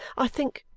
i think,